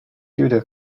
judo